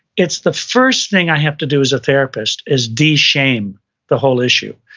it's the first thing i have to do as a therapist is de-shame the whole issue,